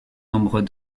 nombre